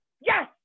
Yes